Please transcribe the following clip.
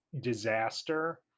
Disaster